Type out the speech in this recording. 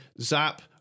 Zap